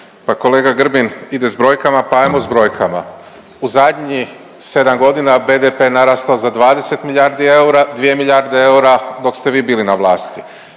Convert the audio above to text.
Pa kolega Grbin ide s brojkama, pa ajmo s brojkama. U zadnjih 7 godina BDP narastao za 20 milijardi eura, 2 milijarde eura dok ste vi bili na vlasti.